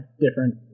different